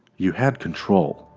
you had control.